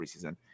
preseason